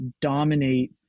dominate